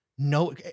No